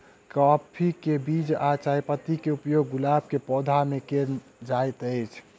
काफी केँ बीज आ चायपत्ती केँ उपयोग गुलाब केँ पौधा मे केल केल जाइत अछि?